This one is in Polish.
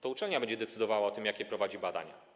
To uczelnia będzie decydowała o tym, jakie prowadzi badania.